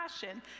passion